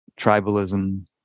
tribalism